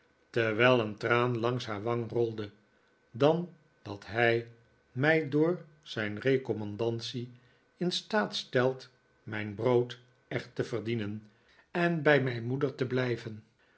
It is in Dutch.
terwijl een traan langs haar wang rolde dan dat hij mij door zijn recommandatie in staat stelt mijn brood echt te verdienen en bij mijn moeder te blijven